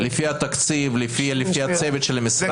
לפי התקציב, לפי הצוות של המשרד.